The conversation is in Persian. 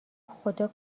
خدا